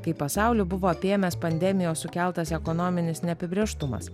kai pasaulį buvo apėmęs pandemijos sukeltas ekonominis neapibrėžtumas